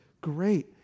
great